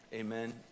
Amen